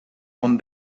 con